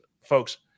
folks